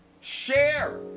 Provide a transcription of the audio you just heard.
Share